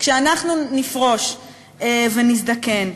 כשאנחנו נפרוש ונזדקן.